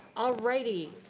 alrighty.